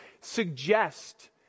suggest